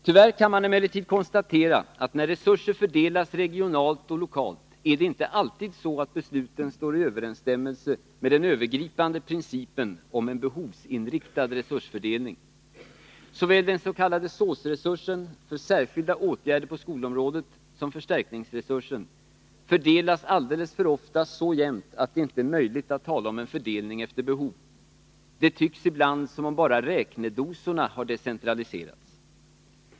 Tyvärr kan man emellertid konstatera att när resurser fördelas regionalt och lokalt står inte alltid besluten i överensstämmelse med den övergripande principen om en behovsinriktad resursfördelning. Såväl den s.k. SÅS resursen för särskilda åtgärder på skolområdet som förstärkningsresursen fördelas alldeles för ofta så jämnt att det inte är möjligt att tala om en fördelning efter behov. Det tycks ibland som om bara räknedosorna har decentraliserats.